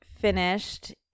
finished